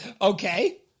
Okay